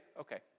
okay